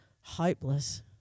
hopeless